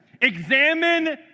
Examine